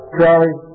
Charlie